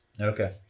Okay